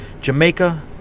Jamaica